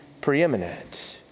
preeminent